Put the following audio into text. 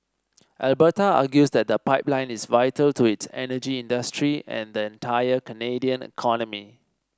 Alberta argues that the pipeline is vital to its energy industry and the entire Canadian economy